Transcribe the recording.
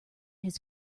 his